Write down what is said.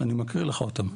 אני מקריא לך אותם.